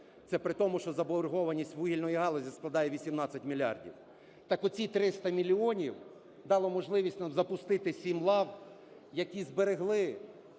Це при тому, що заборгованість вугільної галузі складає 18 мільярдів. Так оці 300 мільйонів дали можливість нам запустити 7 лав, які зберегли